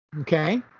Okay